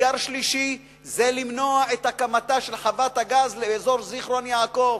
האתגר השלישי הוא למנוע את הקמתה של חוות הגז באזור זיכרון-יעקב.